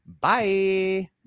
Bye